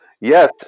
Yes